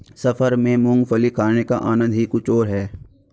सफर में मूंगफली खाने का आनंद ही कुछ और है